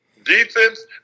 defense